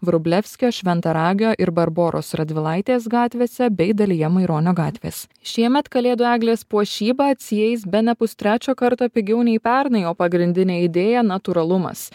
vrublevskio šventaragio ir barboros radvilaitės gatvėse bei dalyje maironio gatvės šiemet kalėdų eglės puošyba atsieis bene pustrečio karto pigiau nei pernai o pagrindinė idėja natūralumas